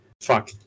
fuck